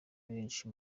benshi